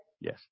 yes